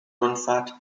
rundfahrt